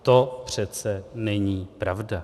To přece není pravda.